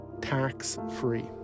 tax-free